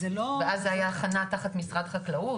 ואז זו הייתה הכנה תחת משרד החקלאות?